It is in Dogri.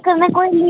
कन्नै कोई